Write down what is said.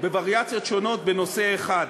בווריאציות שונות בנושא אחד: